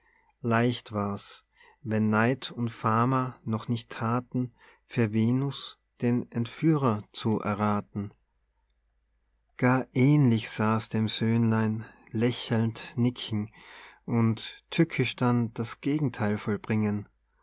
leicht war's wenn's neid und fama noch nicht thaten für venus den entführer zu errathen gar ähnlich sah's dem söhnlein lächelnd nicken und tückisch dann das gegentheil vollbringen